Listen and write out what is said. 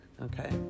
okay